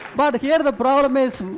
but here the problem is,